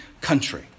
country